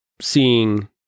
seeing